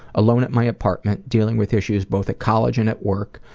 alone at my apartment, dealing with issues both at college and at work,